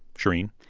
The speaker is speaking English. shereen?